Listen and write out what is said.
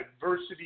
diversity